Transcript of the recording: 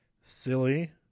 silly